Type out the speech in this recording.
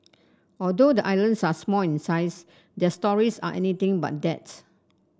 although the islands are small in size their stories are anything but that